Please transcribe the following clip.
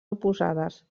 oposades